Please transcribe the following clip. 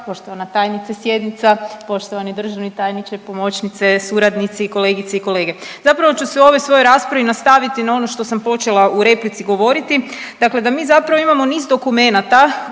Poštovana tajnice sjednica, poštovani državni tajniče, pomoćnice, suradnici i kolegice i kolege, zapravo ću se u ovoj svojoj raspravi nastaviti na ono što sam počela u replici govoriti, dakle da mi zapravo imamo niz dokumenata